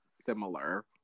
similar